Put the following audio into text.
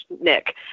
Nick